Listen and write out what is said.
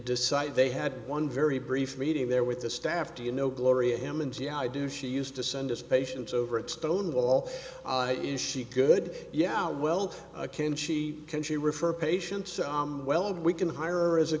decided they had one very brief meeting there with the staff do you know gloria emmons yeah i do she used to send us patients over at stonewall is she good yeah well can she can she refer patients well we can hire as a